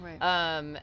Right